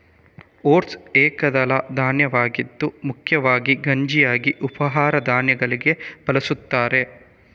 oats ಏಕದಳ ಧಾನ್ಯವಾಗಿದ್ದು ಮುಖ್ಯವಾಗಿ ಗಂಜಿಯಾಗಿ ಉಪಹಾರ ಧಾನ್ಯಗಳಲ್ಲಿ ಬಳಸುತ್ತಾರೆ